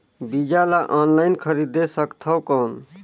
बीजा ला ऑनलाइन खरीदे सकथव कौन?